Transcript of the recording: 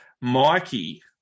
Mikey